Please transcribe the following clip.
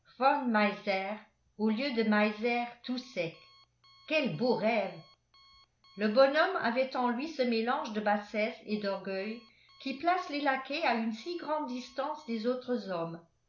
au lieu de meiser tout sec quel beau rêve le bonhomme avait en lui ce mélange de bassesse et d'orgueil qui place les laquais à une si grande distance des autres hommes